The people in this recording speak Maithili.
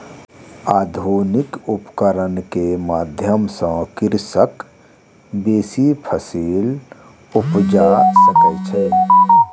आधुनिक उपकरण के माध्यम सॅ कृषक बेसी फसील उपजा सकै छै